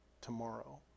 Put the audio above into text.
tomorrow